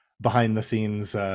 behind-the-scenes